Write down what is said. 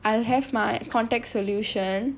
I'll have my contact solution